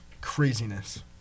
craziness